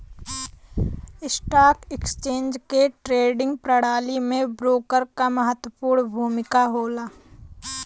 stock exchange के trading प्रणाली में ब्रोकर क महत्वपूर्ण भूमिका होला